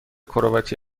کرواتی